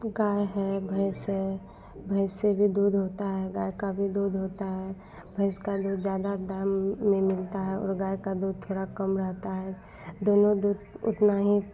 तो गाय है भैंस है भैंस से भी दूध होता है गाय का भी दूध होता है भैंस का दूध ज़्यादा दाम में मिलता है और गाय का दूध थोड़ा कम रहता है दोनों दूध उतना ही